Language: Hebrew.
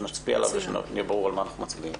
שנצביע עליו ושיהיה ברור על מה אנחנו מצביעים.